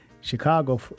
Chicago